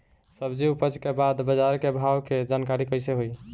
सब्जी उपज के बाद बाजार के भाव के जानकारी कैसे होई?